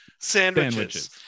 sandwiches